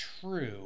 true